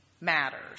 matters